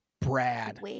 Brad